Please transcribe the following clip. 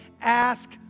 ask